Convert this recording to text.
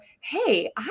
hey